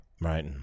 Right